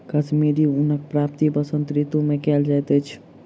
कश्मीरी ऊनक प्राप्ति वसंत ऋतू मे कयल जाइत अछि